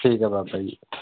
ਠੀਕ ਆ ਬਾਬਾ ਜੀ